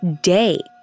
day